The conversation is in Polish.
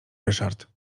ryszard